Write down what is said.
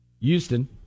Houston